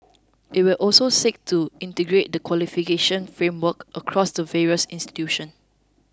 it will also seek to integrate the qualification frameworks across the various institutions